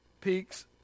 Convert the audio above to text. peaks